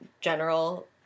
general